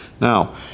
Now